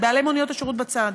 את בעלי מוניות השירות בצד,